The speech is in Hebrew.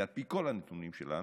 וזה על פי כל הנתונים שלנו,